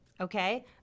okay